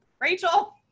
Rachel